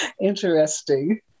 interesting